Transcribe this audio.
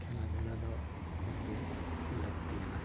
ᱠᱷᱮᱞᱟ ᱫᱷᱩᱞᱟ ᱫᱚ ᱠᱷᱩᱵᱽ ᱜᱮ ᱞᱟᱹᱠᱛᱤᱭᱟᱱᱟ